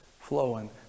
flowing